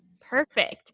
Perfect